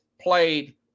played